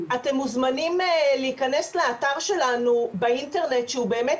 אתם מוזמנים להיכנס לאתר שלנו באינטרנט שהוא באמת